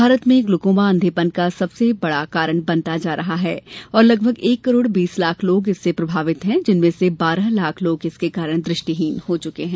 भारत में ग्लुकोमा अंधेपन का सबसे बड़ा कारण बनता जा रहा है और लगभग एक करोड़ बीस लाख लोग इससे प्रभावित हैं जिनमें से बारह लाख लोग इसके कारण दृष्टिहीन हो चुके हैं